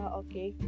okay